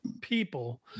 people